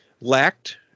lacked